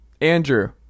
Andrew